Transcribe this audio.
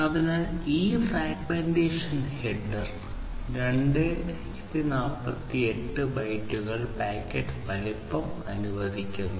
അതിനാൽ ഈ fragmentation header 2048 ബൈറ്റുകൾ പാക്കറ്റ് വലുപ്പം അനുവദിക്കുന്നു